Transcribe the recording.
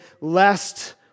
lest